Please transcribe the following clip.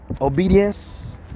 obedience